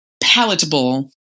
palatable